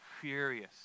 furious